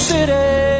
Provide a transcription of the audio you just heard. City